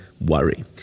worry